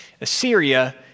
Assyria